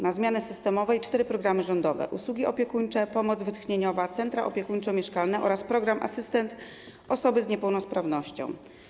Na zmiany systemowe i cztery programy rządowe: usługi opiekuńcze, pomoc wytchnieniową, centra opiekuńczo-mieszkalne oraz program dotyczący asystenta osoby z niepełnosprawnością.